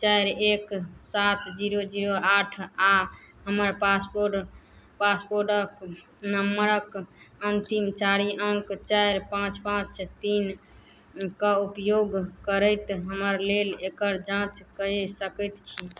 चारि एक सात जीरो जीरो आठ आओर हमर पासपोर्ट पासपोर्टक नंबरके अन्तिम चारि अङ्क चारि पाँच पाँच तीन के उपयोग करैत हमरा लेल एकर जाँच कए सकैत छी